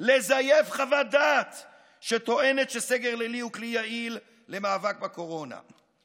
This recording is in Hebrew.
לזייף חוות דעת שטוענת שסגר לילי הוא כלי יעיל למאבק בקורונה.